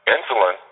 Insulin